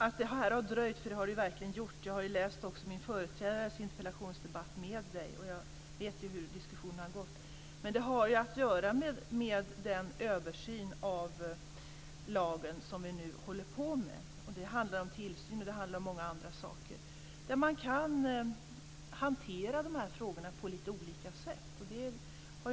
Att det hela har dröjt, för det har det verkligen gjort - jag har också läst min företrädares interpellationsdebatt med Gudrun Lindvall och vet hur diskussionen har gått - har att göra med den översyn av lagen som vi nu håller på med. Det handlar om tillsyn och om många andra saker, och de här frågorna kan hanteras på lite olika sätt.